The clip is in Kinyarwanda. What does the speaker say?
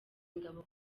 ingabo